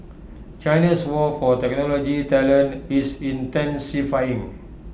China's war for technology talent is intensifying